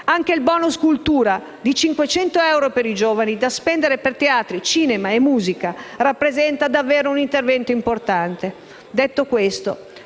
Anche il *bonus* cultura di 500 euro per i giovani, da spendere per teatri, cinema e musica, rappresenta un intervento importante. Detto questo,